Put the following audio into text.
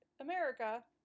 America